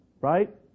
right